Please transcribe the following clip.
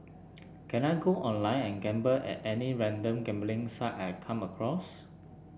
can I go online and gamble at any random gambling site I come across